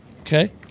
Okay